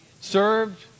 served